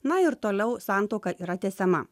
na ir toliau santuoka yra tęsiama